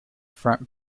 front